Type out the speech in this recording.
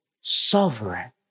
sovereign